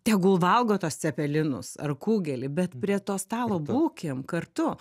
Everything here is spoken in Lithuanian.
tegul valgo tuos cepelinus ar kugelį bet prie to stalo būkim kartu